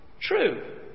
true